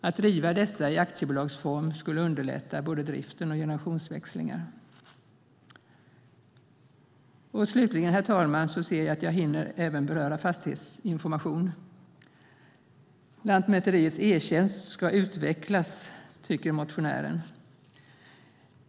Att driva dessa i aktiebolagsform skulle underlätta både driften och generationsväxlingar. Slutligen, herr talman, ser jag att jag hinner beröra även fastighetsinformationen. Lantmäteriets e-tjänst ska utvecklas, tycker motionären.